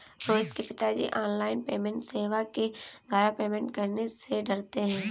रोहित के पिताजी online payment सेवा के द्वारा पेमेंट करने से डरते हैं